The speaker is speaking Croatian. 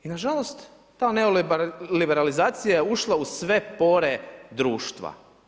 I na žalost ta neoliberalizacija je ušla u sve pore društva.